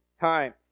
time